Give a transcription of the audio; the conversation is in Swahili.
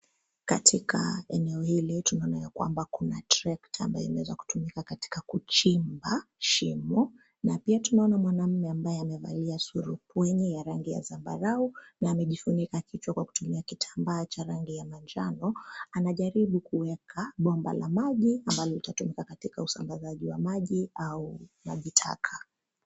Katika eneo hili tunaona ya kwamba kuna trekta ambayo imeweza kutumika katika kuchimba shimo, na pia tunaona mwanamume ambaye amevalia surupwenye ya rangi ya zambarau na amejifunika kichwa kwa kutumia kitambaa cha rangi ya manjano. Anajaribu kuweka bomba la maji ambalo litatumika katika usambazaji wa maji au maji taka.